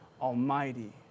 Almighty